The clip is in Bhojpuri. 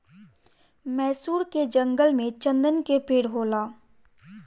मैसूर के जंगल में चन्दन के पेड़ होला